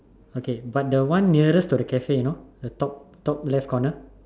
okay but the one nearest to the Cafe you know the top top left corner